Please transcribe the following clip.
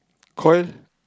Koi